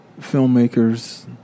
filmmakers